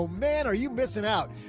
ah man. are you missing out?